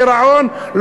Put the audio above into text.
הגירעון,